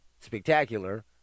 spectacular